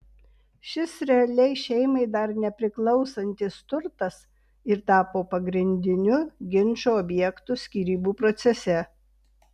šis realiai šeimai dar nepriklausantis turtas ir tapo pagrindiniu ginčo objektu skyrybų procese